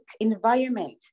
environment